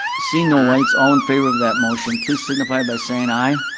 sea now like it's all in favor of that motion please signify by saying aye.